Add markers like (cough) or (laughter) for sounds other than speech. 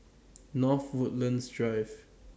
(noise) North Woodlands Drive